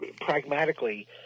pragmatically –